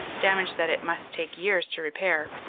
damage that it must take years to repair.